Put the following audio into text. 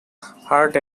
heart